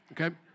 Okay